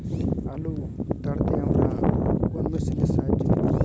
আলু তাড়তে আমরা কোন মেশিনের সাহায্য নেব?